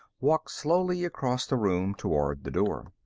walked slowly across the room, toward the door.